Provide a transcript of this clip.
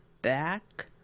back